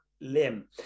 limb